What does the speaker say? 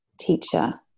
teacher